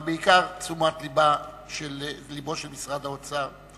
אבל בעיקר תשומת לבו של משרד האוצר,